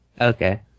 Okay